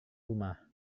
rumah